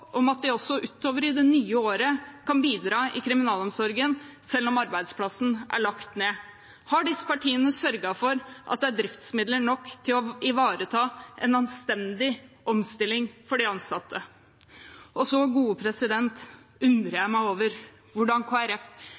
om at de også utover i det nye året kan bidra i kriminalomsorgen selv om arbeidsplassen er lagt ned. Har disse partiene sørget for at det er driftsmidler nok til å ivareta en anstendig omstilling for de ansatte? Og jeg undrer meg over hvordan